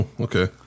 okay